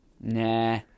Nah